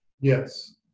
Yes